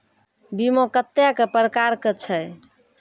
बीमा कत्तेक प्रकारक छै?